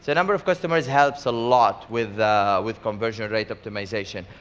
ah number of customers helps a lot with with conversion rate optimisation.